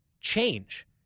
change